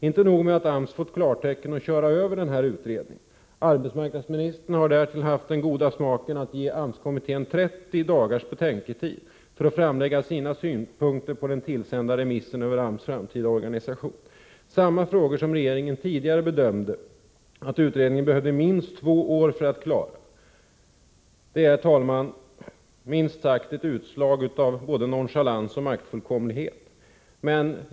Inte nog med att AMS fått klartecken att köra över utredningen, arbetsmarknadsministern har därtill haft den goda smaken att ge AMS-kommittén 30 dagars betänketid för att framlägga sina synpunkter på remissen över AMS framtida organisation — samma fråga som regeringen tidigare bedömde att utredningen behövde minst två år för att klara. Det är, herr talman, minst sagt ett utslag av nonchalans och maktfullkomlighet.